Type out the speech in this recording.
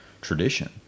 tradition